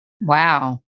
Wow